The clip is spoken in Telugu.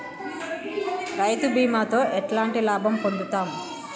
రైతు బీమాతో ఎట్లాంటి లాభం పొందుతం?